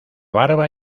barba